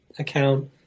account